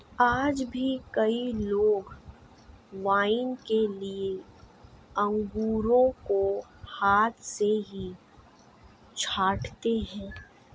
आज भी कई लोग वाइन के लिए अंगूरों को हाथ से ही छाँटते हैं